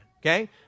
Okay